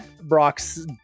brocks